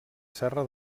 serra